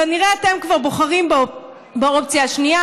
כנראה אתם כבר בוחרים באופציה השנייה,